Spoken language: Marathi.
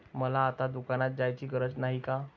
मला आता दुकानात जायची गरज नाही का?